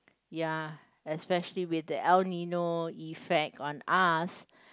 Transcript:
ya especially with the El Nino effect on us